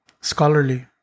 scholarly